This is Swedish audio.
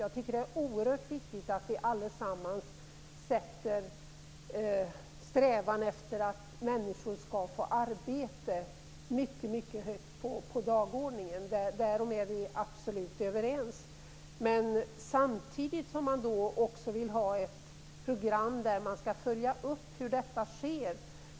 Jag tycker att det är oerhört viktigt att vi alla sätter strävan efter att människor skall få arbete mycket högt på dagordningen. Därom är vi absolut överens. Samtidigt vill man ha ett program för att följa upp hur detta sker.